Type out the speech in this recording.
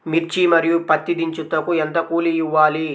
మిర్చి మరియు పత్తి దించుటకు ఎంత కూలి ఇవ్వాలి?